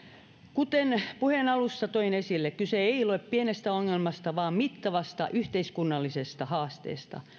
kuten puheen alussa toin esille kyse ei ole pienestä ongelmasta vaan mittavasta yhteiskunnallisesta haasteesta